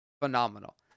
phenomenal